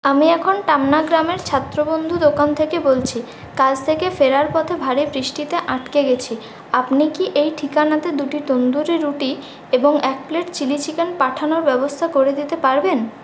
আমি এখন টামনা গ্রামের ছাত্রবন্ধু দোকান থেকে বলছি কাজ থেকে ফেরার পথে ভারী বৃষ্টিতে আটকে গিয়েছি আপনি কি এই ঠিকানাতে দুটি তন্দুরি রুটি এবং এক প্লেট চিলি চিকেন পাঠানোর ব্যবস্থা করে দিতে পারবেন